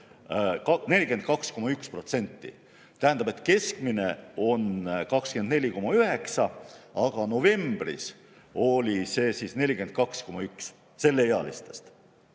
42,1%. Tähendab, et keskmine on 24,9%, aga novembris oli see näitaja 42,1% selleealistest.